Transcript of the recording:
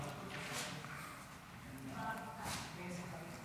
יושב-ראש הישיבה,